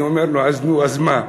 אני אומר לו: נו, אז מה?